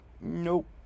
nope